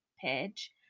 page